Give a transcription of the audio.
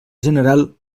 general